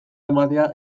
ematea